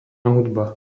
hudba